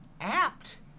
apt